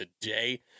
today